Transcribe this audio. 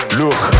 look